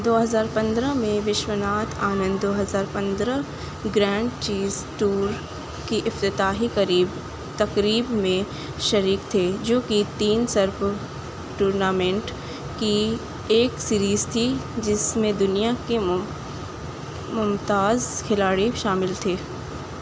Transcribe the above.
دو ہزار پندرہ میں وشو ناتھ آنند دو ہزار پندرہ گرینڈ چیس ٹور کی افتتاحی قریب تقریب میں شریک تھے جو کہ تین سرپ ٹورنامنٹ کی ایک سیریز تھی جس میں دنیا کے ممتاز کھلاڑی شامل تھے